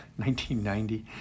1990